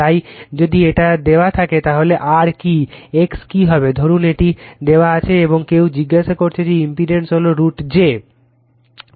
তাই যদি এটা দেওয়া থাকে তাহলে r কি x কি হবে ধরুন এটি দেওয়া হয়েছে এবং কেউ জিজ্ঞাসা করে যে ইম্পিডেন্স হলো √ j